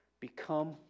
Become